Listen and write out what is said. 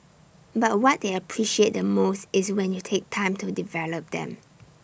but what they appreciate the most is when you take time to develop them